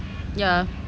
ya